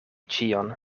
ĉion